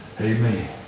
Amen